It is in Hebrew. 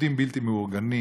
עובדים בלתי מאורגנים,